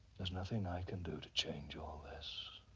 there's nothing i can do to change all this.